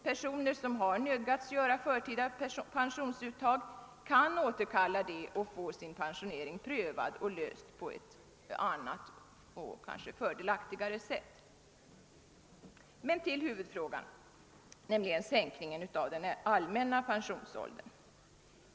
Personer som nödgats göra förtida pensionsuttag kan återkalla det och få frågan om sin pensionering prövad och löst på ett annat och fördelaktigare sätt. Men till huvudfrågan, nämligen sänkning av den allmänna pensionsåldern.